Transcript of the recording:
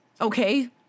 Okay